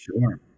Sure